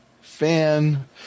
fan